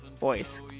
voice